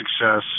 success